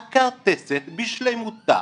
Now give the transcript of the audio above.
הכרטסת בשלמותה